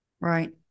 Right